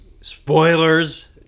Spoilers